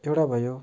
एउटा भयो